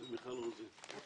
(נזק מלחמה ונזק עקיף) (הוראת שעה),